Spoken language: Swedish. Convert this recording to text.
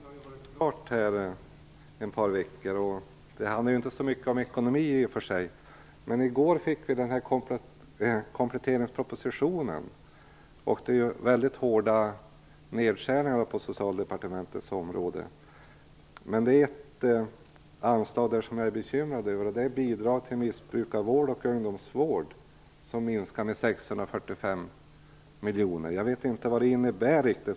Herr talman! Vårt betänkande har ju varit klart ett par veckor. Det handlar ju inte i och för sig så mycket om ekonomi. Men vi fick i går kompletteringspropositionen, och där föreslås väldigt hårda nedskärningar på Socialdepartementets område. Det är ett anslag som jag är bekymrad över, bidrag till missbrukarvård och ungdomsvård, som skall minskas med 645 miljoner. Jag vet inte riktigt vad det innebär.